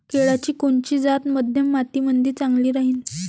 केळाची कोनची जात मध्यम मातीमंदी चांगली राहिन?